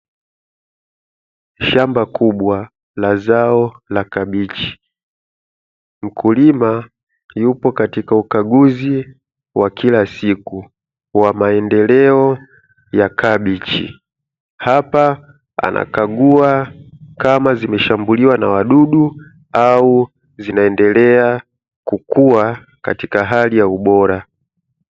Shamba kubwa la zao la kabichi, mkulima yupo katika ukaguzi wa kila siku wa maendeleo ya kabichi. Hapa anakagua kama zimeshambuliwa na wadudu au zinaendelea kukua katika hali ya ubora.